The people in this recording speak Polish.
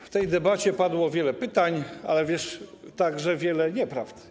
W tej debacie padło wiele pytań, ale także wiele nieprawd.